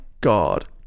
god